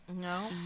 No